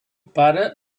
pare